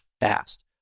fast